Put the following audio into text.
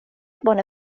bone